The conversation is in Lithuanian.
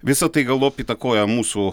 visa tai galop įtakoja mūsų